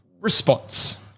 response